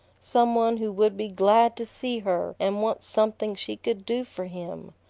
some one who would be glad to see her and want something she could do for him!